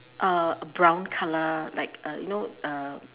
uh a brown colour like a you know uh